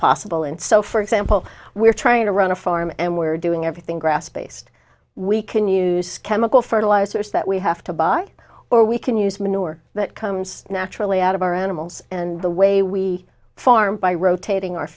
possible and so for example we're trying to run a farm and we're doing everything grass based we can use chemical fertilizers that we have to buy or we can use manure that comes naturally out of our animals and the way we farm by rotating our